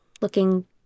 looking